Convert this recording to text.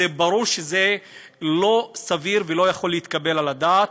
ברור שזה לא סביר ולא יכול להתקבל על הדעת,